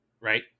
right